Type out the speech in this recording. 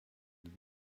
het